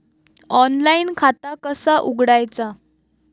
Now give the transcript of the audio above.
Online खाता कसा उघडायचा?